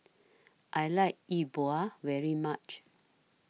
I like Yi Bua very much